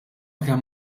kemm